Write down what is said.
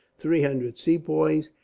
three hundred sepoys,